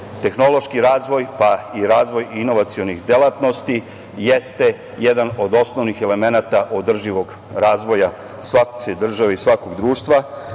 tehnološki razvoj, pa i razvoj inovacionih delatnosti jeste jedan od osnovnih elemenata održivog razvoja u svakoj državi i svakog društva.